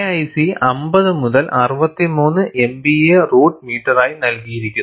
KIC 50 മുതൽ 63 MPa root മീറ്ററായി നൽകിയിരിക്കുന്നു